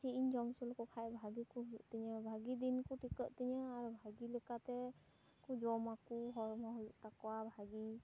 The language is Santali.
ᱪᱮᱫ ᱤᱧ ᱡᱚᱢ ᱚᱪᱚ ᱞᱮᱠᱚ ᱠᱷᱟᱱ ᱵᱷᱟᱹᱜᱤ ᱠᱚ ᱦᱩᱭᱩᱜ ᱛᱤᱧᱟᱹ ᱵᱷᱟᱹᱜᱤ ᱫᱤᱱ ᱠᱚ ᱴᱤᱠᱟᱹᱜ ᱛᱤᱧᱟᱹ ᱟᱨ ᱵᱷᱟᱹᱜᱤ ᱞᱮᱠᱟ ᱛᱮ ᱠᱚ ᱡᱚᱢᱟᱠᱚ ᱦᱚᱲᱢᱚ ᱦᱩᱭᱩᱜ ᱛᱟᱠᱚᱣᱟ ᱵᱷᱟᱹᱜᱤ